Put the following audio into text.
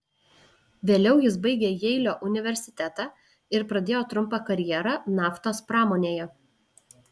vėliau jis baigė jeilio universitetą ir pradėjo trumpą karjerą naftos pramonėje